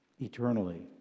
eternally